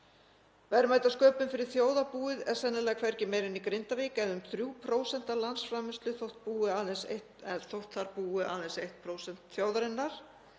Verðmætasköpun fyrir þjóðarbúið er sennilega hvergi meiri en í Grindavík eða um 3% af landsframleiðslu, þótt þar búi aðeins 1% þjóðarinnar.